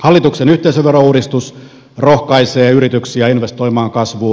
hallituksen yhteisöverouudistus rohkaisee yrityksiä investoimaan kasvuun